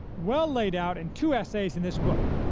well laid-out in two essays in this book,